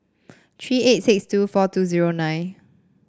three eight six two four two zero nine